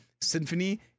Symphony